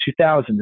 2000